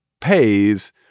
pays